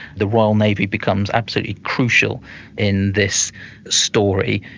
the royal navy becomes absolutely crucial in this story.